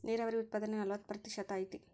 ನೇರಾವರಿ ಉತ್ಪಾದನೆ ನಲವತ್ತ ಪ್ರತಿಶತಾ ಐತಿ